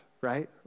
right